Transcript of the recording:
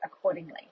accordingly